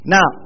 Now